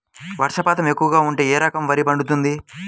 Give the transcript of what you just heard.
వర్షపాతం ఎక్కువగా ఉంటే ఏ రకం వరి పండుతుంది?